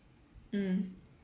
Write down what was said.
mm